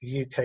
uk